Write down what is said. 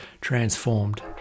transformed